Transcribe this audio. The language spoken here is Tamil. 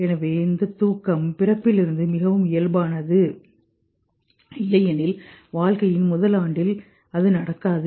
எனவே இந்த தூக்கம் பிறப்பிலிருந்து மிகவும் இயல்பானது இல்லையெனில் வாழ்க்கையின் முதல் ஆண்டில் அதுநடக்காது